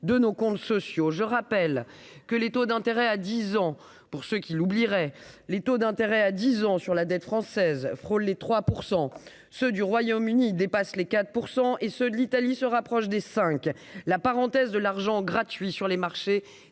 de nos comptes sociaux, je rappelle que les taux d'intérêt à 10 ans pour ceux qui l'oublieraient les taux d'intérêt à 10 ans sur la dette française frôle les 3 % ceux du Royaume-Uni dépasse les 4 % et ceux de l'Italie se rapproche des 5 la parenthèse de l'argent gratuit sur les marchés,